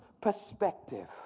perspective